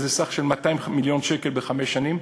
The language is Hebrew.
שזה סך של 200 מיליון שקל בחמש שנים.